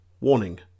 Warning